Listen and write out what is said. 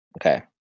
Okay